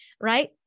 right